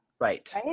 Right